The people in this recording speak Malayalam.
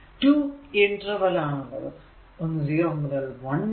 ഒന്ന് 0 മുതൽ 1 വരെ